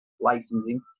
licensing